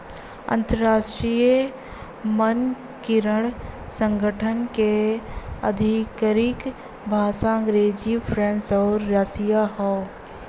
अंतर्राष्ट्रीय मानकीकरण संगठन क आधिकारिक भाषा अंग्रेजी फ्रेंच आउर रुसी हौ